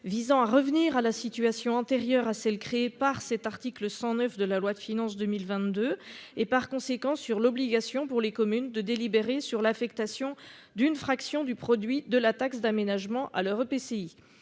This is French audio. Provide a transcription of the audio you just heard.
visant à revenir à la situation antérieure à celle créée par cet article 109 de la loi de finances 2022 et par conséquent sur l'obligation pour les communes de délibérer sur l'affectation d'une fraction du produit de la taxe d'aménagement à leur EPCI.